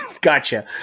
gotcha